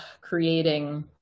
creating